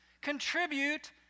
contribute